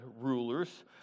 rulers